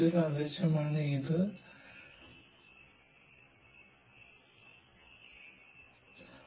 thief